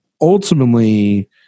ultimately